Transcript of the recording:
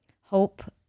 hope